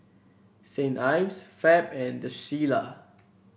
Saint Ives Fab and The Shilla